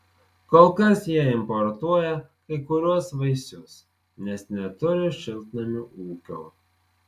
kol kas jie importuoja kai kuriuos vaisius nes neturi šiltnamių ūkio